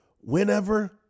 whenever